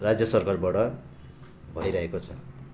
राज्य सरकारबाट भइरहेको छ